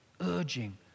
urging